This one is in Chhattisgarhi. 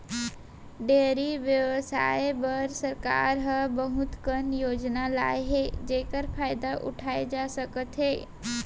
डेयरी बेवसाय बर सरकार ह बहुत कन योजना लाए हे जेकर फायदा उठाए जा सकत हे